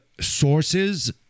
sources